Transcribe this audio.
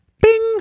bing